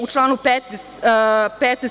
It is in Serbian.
U članu 15.